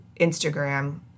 Instagram